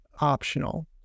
optional